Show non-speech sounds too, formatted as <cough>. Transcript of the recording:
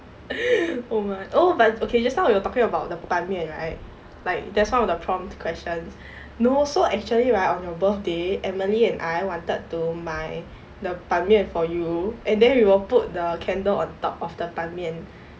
<noise> oh but okay just now we were talking about the 板面 right like that's one of the prompt questions no so actually right on your birthday emily and I wanted to 买 the 板面 for you and then we will put the candle on top of the 板面